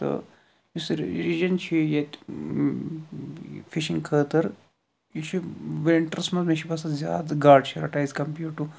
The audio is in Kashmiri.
تہٕ یُس یہِ ریٖجن چھُ ییٚتہِ فشِنگ خٲطرٕ یہِ چھُ وِنٹرس منٛز مےٚ چھُ باسان زیادٕ گاڈٕ چھِ رٹان ایز کمپیرٕڈ ٹُو